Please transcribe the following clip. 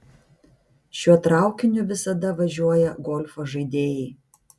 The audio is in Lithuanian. šiuo traukiniu visada važiuoja golfo žaidėjai